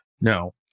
No